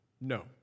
no